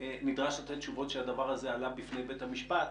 נדרש לתת תשובות שהדבר הזה עלה בפני בית המשפט.